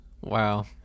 Wow